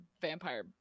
vampire